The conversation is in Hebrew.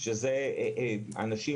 שזה אנשים